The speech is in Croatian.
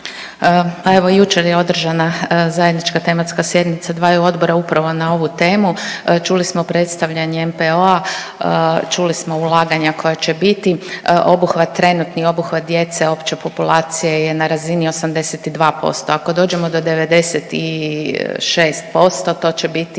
Evo jučer je održana Zajednička tematska sjednica dvaju odbora upravo na ovu temu. Čuli smo predstavljanje NPOO-a, čuli smo ulaganja koja će biti, obuhvat, trenutni obuhvat djece opće populacije je na razini 82%, ako dođemo do 96% to će biti